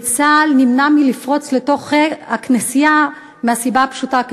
וצה"ל נמנע מלפרוץ לתוכה מהסיבה הפשוטה,